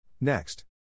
Next